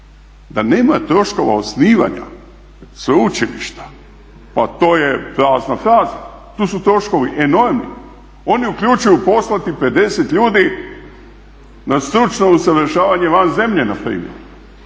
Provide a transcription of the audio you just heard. Da nema troškova osnivanja sveučilišta pa to je prazna fraza. Tu su troškovi enormni, oni uključuju poslati 50 ljudi na stručno usavršavanje van zemlje npr.,